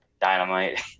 Dynamite